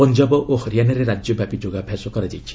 ପଞ୍ଜାବ ଓ ହରିୟାନାରେ ରାଜ୍ୟବ୍ୟାପୀ ଯୋଗାଭ୍ୟାସ କରାଯାଇଛି